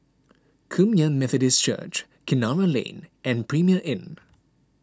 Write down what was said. Kum Yan Methodist Church Kinara Lane and Premier Inn